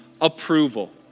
approval